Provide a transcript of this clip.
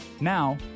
Now